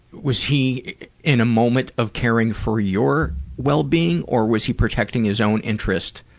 was he in a moment of caring for your wellbeing or was he protecting his own interest?